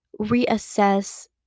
reassess